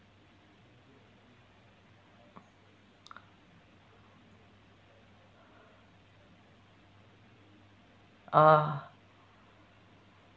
uh